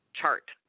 chart